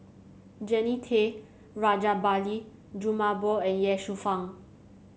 Jannie Tay Rajabali Jumabhoy and Ye Shufang